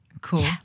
Cool